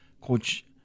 Coach